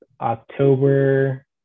October